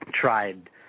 tried